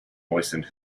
moistened